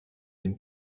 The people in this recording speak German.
den